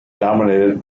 dominated